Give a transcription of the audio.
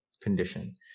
condition